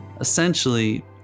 essentially